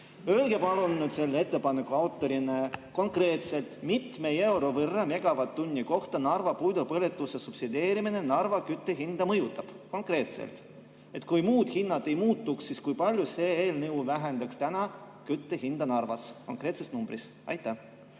Öelge palun selle ettepaneku autorina konkreetselt, mitme euro võrra megavatt-tunni kohta Narvas puidu põletuse subsideerimine Narva kütte hinda mõjutab. Konkreetselt! Kui muud hinnad ei muutuks, siis kui palju see eelnõu vähendaks kütte hinda Narvas? Öelge konkreetne number! Aitäh,